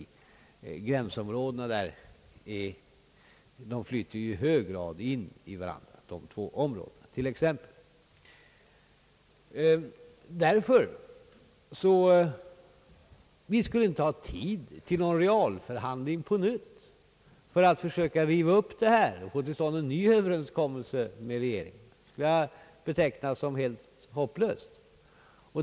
De två områdena flyter i hög grad in i varandra. Vi skulle inte ha tid med en realför handling på nytt för att försöka få till stånd en ny överenskommelse med de andra nordiska regeringarna. Jag betecknar det dessutom som helt hopplöst.